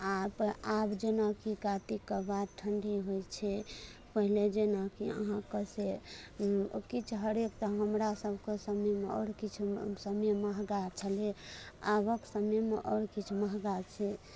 आब आब जेनाकि कातिक कऽ बाद ठण्ढी होइत छै पहिले जेनाकि अहाँकऽ से किछु हरेक हमरा सबके समयमे आर किछु नहि समय महगा छलै आबक समयमे आओर किछु महगा छै